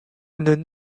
nun